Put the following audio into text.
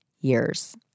years